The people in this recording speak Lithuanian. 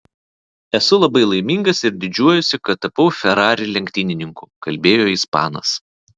esu labai laimingas ir didžiuojuosi kad tapau ferrari lenktynininku kalbėjo ispanas